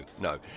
no